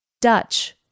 Dutch